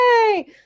yay